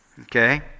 Okay